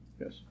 Yes